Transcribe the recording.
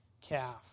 calf